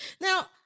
Now